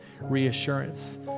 reassurance